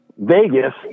Vegas